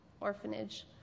orphanage